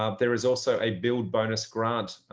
ah there is also a build bonus grant.